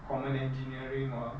common engineering or